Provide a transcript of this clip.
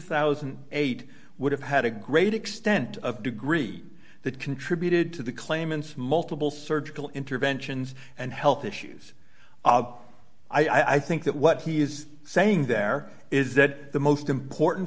thousand and eight would have had a great extent of degree that contributed to the claimant's multiple surgical interventions and health issues i think that what he is saying there is that the most important